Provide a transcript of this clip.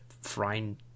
frying